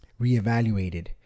reevaluated